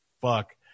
fuck